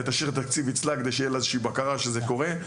תשאיר את התקציב אצלה כדי שתהיה לה איזשהי בקרה שזה קורה.